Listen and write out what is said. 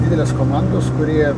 didelės komandos kuri